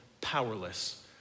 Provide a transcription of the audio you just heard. powerless